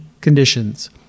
conditions